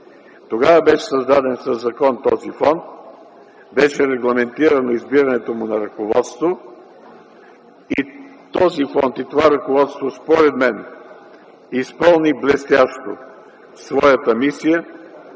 Тогава беше създаден със закон този фонд, беше регламентирано избирането на ръководството му. Този фонд и това ръководство, според мен, изпълни блестящо своята мисия,